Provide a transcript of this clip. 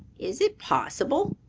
is it possible!